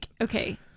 okay